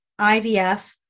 IVF